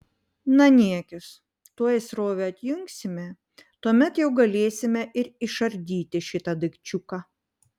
na niekis tuoj srovę atjungsime tuomet jau galėsime ir išardyti šitą daikčiuką